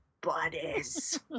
buddies